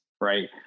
right